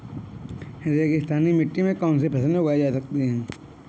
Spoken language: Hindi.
रेगिस्तानी मिट्टी में कौनसी फसलें उगाई जा सकती हैं?